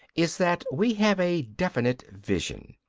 is that we have a definite vision,